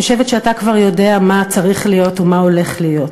אני חושבת שאתה כבר יודע מה צריך להיות ומה הולך להיות.